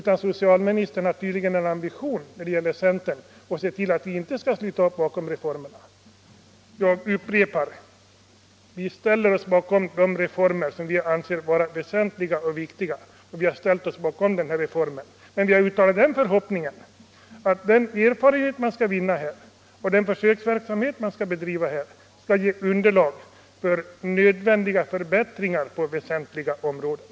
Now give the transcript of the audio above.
Socialministern har tydligen en ambition när det gäller centern att se till att vi inte kan sluta upp bakom reformerna. Jag upprepar: Vi ställer oss bakom de reformer som vi anser vara väsentliga och riktiga. Vi har ställt oss bakom den här reformen, men vi har uttalat den förhoppningen att de erfarenheter man kan vinna och den försöksverksamhet man skall bedriva skall ge underlag för nödvändiga förbättringar på väsentliga punkter.